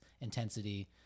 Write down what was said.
intensity